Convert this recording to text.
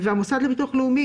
והמוסד לביטוח לאומי,